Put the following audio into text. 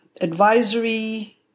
advisory